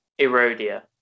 Erodia